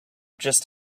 just